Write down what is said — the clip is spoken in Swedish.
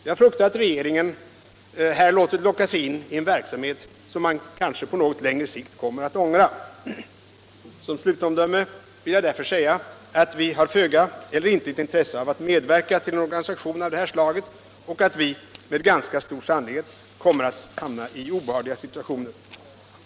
Jag fruktar att regeringen här låtit locka sig in i en verksamhet som man kanske på något längre sikt kommer att ångra. Som slutomdöme vill jag därför säga att vi har föga eller intet intresse av att medverka till en organisation av det här slaget och att vi med ganska stor sannolikhet kommer att hamna i obehagliga situationer.